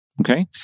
okay